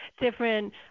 different